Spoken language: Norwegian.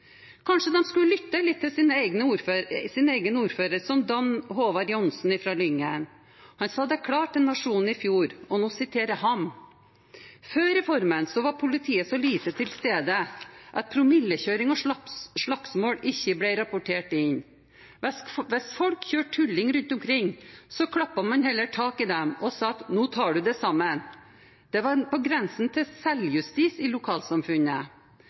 Kanskje de skulle lyttet til flere av sine egne ordførere, som Dan Håvard Johnsen fra Lyngen. Han sa det klart til Nationen i fjor, at før reformen var politiet så lite til stede at promillekjøring og slagsmål ikke ble rapportert inn. «Hvis folk kjørte tulling rundt omkring, så klappet man heller tak i dem og sa: «Nå tar du deg sammen». Det var på grensen til selvjustis i lokalsamfunnet.